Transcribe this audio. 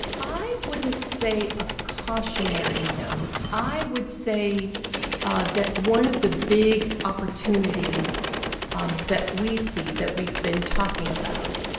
i wouldn't say a cautionary note. i would say ah that one of the big opportunities um that we see, that we've been talking about,